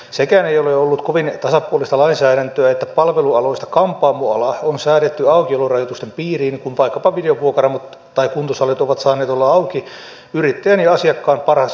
sekään ei ole ollut kovin tasapuolista lainsäädäntöä että palvelualoista kampaamoala on säädetty aukiolorajoitusten piiriin kun vaikkapa videovuokraamot tai kuntosalit ovat saaneet olla auki yrittäjän ja asiakkaan parhaaksi katsomina aikoina